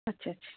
अच्छा अच्छा